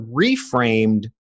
reframed